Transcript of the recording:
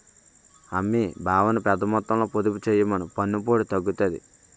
అమ్మీ బావని పెద్దమొత్తంలో పొదుపు చెయ్యమను పన్నుపోటు తగ్గుతాది